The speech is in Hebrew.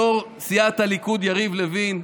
יו"ר סיעת הליכוד יריב לוין,